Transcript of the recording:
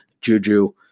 Juju